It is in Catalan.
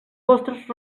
vostres